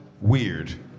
weird